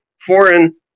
foreign